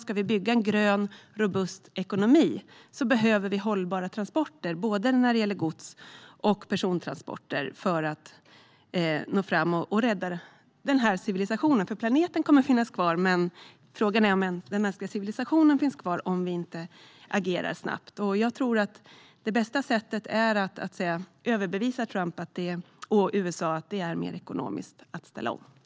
Om vi ska bygga en grön, robust ekonomi behöver vi hållbara transporter, både gods och persontransporter, för att nå fram och rädda den här civilisationen. Planeten kommer att finnas kvar, men frågan är om den mänskliga civilisationen finns kvar om vi inte agerar snabbt. Jag tror att det bästa sättet är att överbevisa Trump och USA om att det är mer ekonomiskt att ställa om.